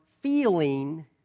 feeling